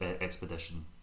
expedition